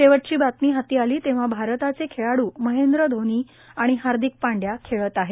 शेवटची बातमी हाती आली तेव्हा भारताचे खेळाडू महेंद्र धोनी आणि हार्दिक पांड्या खेळत आहेत